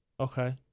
Okay